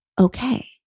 okay